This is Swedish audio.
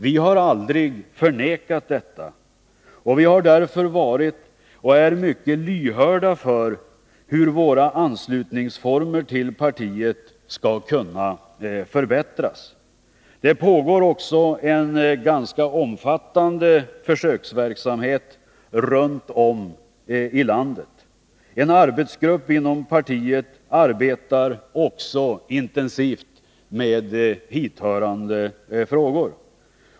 Vi har aldrig förnekat detta, och vi har därför varit, och är fortfarande, lyhörda för hur våra former för anslutning till partiet skall kunna förbättras. Det pågår också en ganska omfattande försöksverksamhet runt om i landet. En arbetsgrupp inom partiet arbetar intensivt med hithörande frågor.